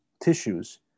tissues